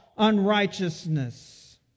unrighteousness